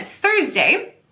Thursday